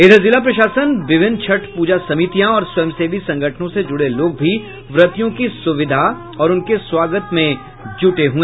इधर जिला प्रशासन विभिन्न छठ प्रजा समितियां और स्वयं सेवी संगठनों से जुड़े लोग भी व्रतियों की सुविधा और उनके स्वागत में जुटे रहे